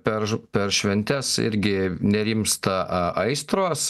per per šventes irgi nerimsta aistros